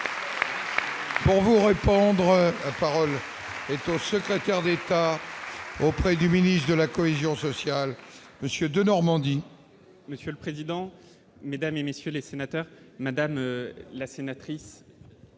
du territoire. Puis au secrétaire d'État auprès du ministre de la cohésion sociale. Monsieur de Normandie. Monsieur le président, Mesdames et messieurs les sénateurs, Madame la sénatrice,